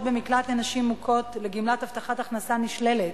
במקלט לנשים מוכות לגמלת הבטחת הכנסה נשללת,